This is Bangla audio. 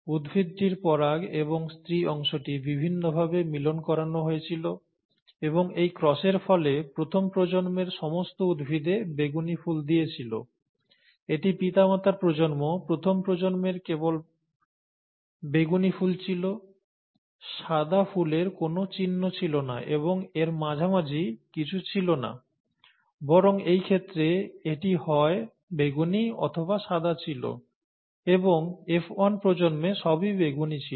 উদ্ভিদটির পরাগ এবং স্ত্রী অংশটি বিভিন্ন ভাবে মিলন করানো হয়েছিল এবং এই ক্রসের ফলে প্রথম প্রজন্মের সমস্ত উদ্ভিদে বেগুনি ফুল দিয়েছিল এটি পিতামাতার প্রজন্ম প্রথম প্রজন্মের কেবল বেগুনি ফুল ছিল সাদা ফুলের কোনও চিহ্ন ছিল না এবং এর মাঝামাঝি কিছু ছিল না বরং এই ক্ষেত্রে এটি হয় বেগুনি অথবা সাদা ছিল এবং F1 প্রজন্মে সবই বেগুনি ছিল